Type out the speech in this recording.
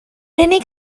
unig